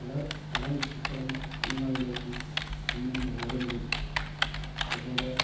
പല പല കൃഷി സ്ഥലങ്ങളിലേക്കും ഇന്നും റോഡുകളില്ല അതുപോലെ